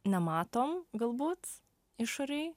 nematom galbūt išorėj